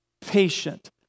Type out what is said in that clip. patient